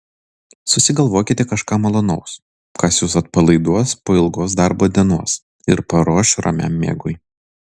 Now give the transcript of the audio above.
susigalvokite kažką malonaus kas jus atpalaiduos po ilgos darbo dienos ir paruoš ramiam miegui